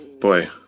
boy